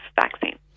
vaccine